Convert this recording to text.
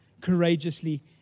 courageously